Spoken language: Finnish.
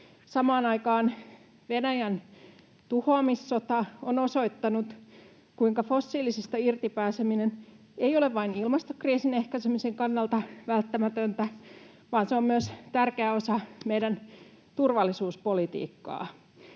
Samaan aikaan Venäjän tuhoamissota on osoittanut, kuinka fossiilisista irti pääseminen ei ole vain ilmastokriisin ehkäisemisen kannalta välttämätöntä, vaan se on myös tärkeä osa meidän turvallisuuspolitiikkaamme.